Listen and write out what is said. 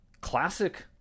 classic